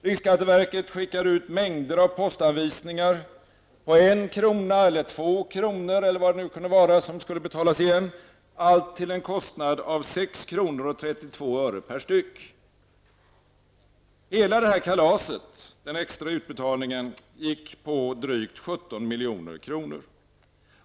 Riksskatteverket skickade ut mängder av postanvisningar på en krona eller två kronor eller vad det nu kunde vara som skulle betalas igen, allt till en kostnad av sex kronor och trettiotvå öre per styck. Hela detta kalas, den extra utbetalningen, gick på drygt 17 milj.kr.